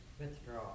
Withdraw